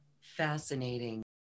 Fascinating